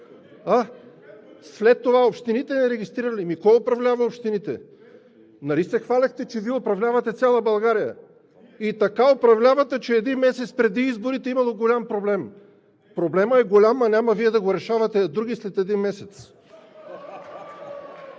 След това – общините регистрирали. Ами кой управлява общините? Нали се хвалехте, че Вие управлявате цяла България. И така управлявате, че един месец преди изборите имало голям проблем?! Проблемът е голям, ама няма Вие да го решавате, а други след един месец.